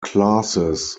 classes